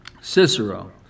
Cicero